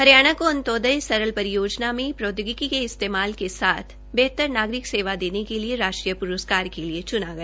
हरियाणा को अन्त्योदय सरल परियोजना में प्रौद्योगिकी के इस्तेमाल के साथ बेहतर नागरिक सेवा देने के लिए राष्ट्रीय प्रस्कार के लिए च्ना गया